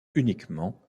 uniquement